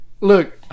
look